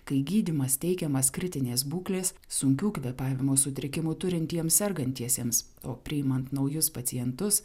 kai gydymas teikiamas kritinės būklės sunkių kvėpavimo sutrikimų turintiems sergantiesiems o priimant naujus pacientus